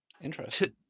Interesting